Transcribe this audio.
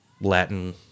latin